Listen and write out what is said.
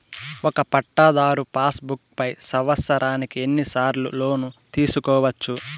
ఒక పట్టాధారు passbook పై సంవత్సరానికి ఎన్ని సార్లు లోను తీసుకోవచ్చు?